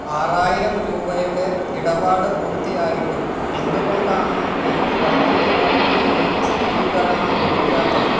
ആറായിരം രൂപയുടെ ഇടപാട് പൂർത്തിയായിട്ടും എന്തുകൊണ്ടാണ് എനിക്ക് വൈദ്യുതി ബോർഡിൽ നിന്നും സ്ഥിരീകരണം ലഭിക്കാത്തത്